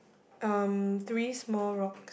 um three small rocks